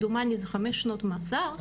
דומני שזה חמש שנות מאסר,